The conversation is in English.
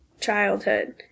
childhood